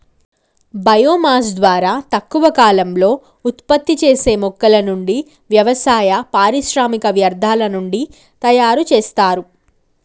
bio mass ద్వారా తక్కువ కాలంలో ఉత్పత్తి చేసే మొక్కల నుండి, వ్యవసాయ, పారిశ్రామిక వ్యర్థాల నుండి తయరు చేస్తారు